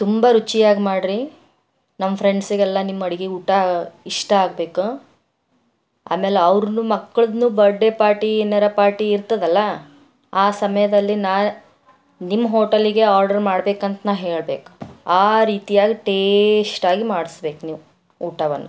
ತುಂಬ ರುಚಿಯಾಗಿ ಮಾಡ್ರಿ ನಮ್ಮ ಫ್ರೆಂಡ್ಸ್ಗೆಲ್ಲ ನಿಮ್ಮ ಅಡುಗೆ ಊಟ ಇಷ್ಟ ಆಗಬೇಕು ಆಮೇಲೆ ಅವ್ರೂ ಮಕ್ಕಳನ್ನು ಬರ್ಡ್ಡೆ ಪಾರ್ಟಿ ಏನಾರ ಪಾರ್ಟಿ ಇರ್ತದಲ್ಲ ಆ ಸಮಯದಲ್ಲಿ ನಾ ನಿಮ್ಮ ಹೋಟೆಲ್ಗೆ ಆರ್ಡರ್ ಮಾಡ್ಬೇಕು ಅಂತ ನಾ ಹೇಳ್ಬೇಕು ಆ ರೀತಿಯಾಗಿ ಟೇಸ್ಟಾಗಿ ಮಾಡಿಸಬೇಕು ನೀವು ಊಟವನ್ನು